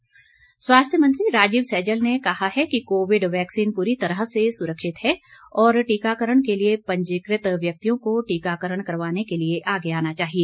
सैजल स्वास्थ्य मंत्री राजीव सैजल ने कहा है कि कोविड वैक्सीन पूरी तरह से सुरक्षित है और टीकाकरण के लिए पंजीकृत व्यक्तियों को टीकाकरण करवाने के लिए आगे आना चाहिए